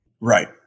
right